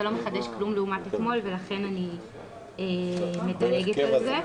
זה לא מחדש כלום לעומת אתמול ולכן אני מדלגת על זה.